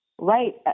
right